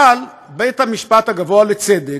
אבל בית-המשפט הגבוה לצדק,